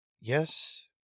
Yes